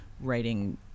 writing